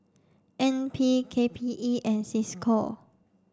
N P K P E and Cisco